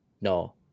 no